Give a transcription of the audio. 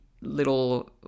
little